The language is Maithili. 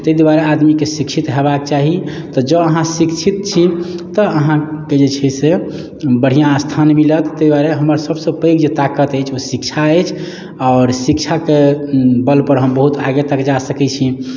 ताहि दुआरे आदमीकेँ शिक्षित हेबाक चाही तऽ जँ अहाँ शिक्षित छी तऽ अहाँक जे छै से बढ़िआँ स्थान मिलत ताहि दुआरे हमर सभसँ पैघ जे ताकत अछि आओर शिक्षा अछि आओर शिक्षाके बलपर हम बहुत आगे तक जा सकैत छी